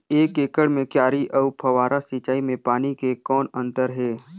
एक एकड़ म क्यारी अउ फव्वारा सिंचाई मे पानी के कौन अंतर हे?